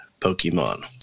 pokemon